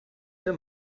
der